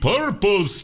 Purple